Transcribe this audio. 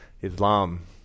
Islam